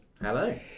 Hello